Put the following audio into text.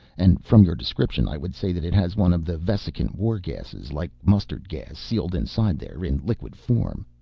and from your description i would say that it has one of the vesicant war gases, like mustard gas, sealed inside there in liquid form.